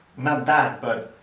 not that but